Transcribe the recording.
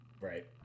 right